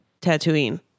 Tatooine